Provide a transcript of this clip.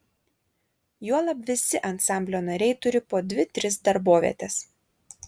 juolab visi ansamblio nariai turi po dvi tris darbovietes